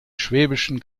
schwäbischen